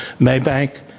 Maybank